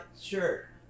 Sure